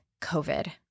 COVID